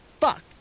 fuck